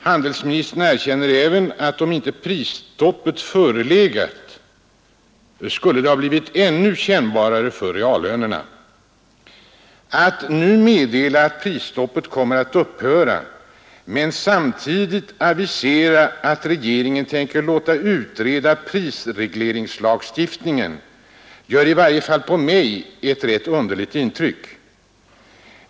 Handelsministern erkänner även att om inte prisstoppet förelegat skulle utvecklingen ha blivit ännu kännbarare för reallönerna. Att nu meddela att prisstoppet kommer att upphöra men samtidigt avisera att regeringen tänker låta utreda prisregleringslagstiftningen, det gör i varje fall på mig ett rätt underligt intryck.